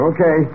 Okay